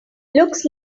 looks